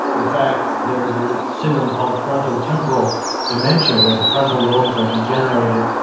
in fact there's a syndrome called frontotemporal dementia, where the frontal lobes are degenerated.